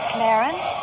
Clarence